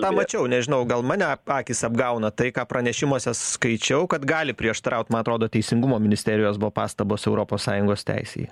tą mačiau nežinau gal mane akys apgauna tai ką pranešimuose skaičiau kad gali prieštaraut man atrodo teisingumo ministerijos buvo pastabos europos sąjungos teisei